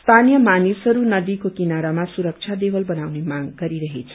स्थानीय मानिसहरू नदीको किनारामा सुरबा देवल बनाउने माग गरिरहेका छन्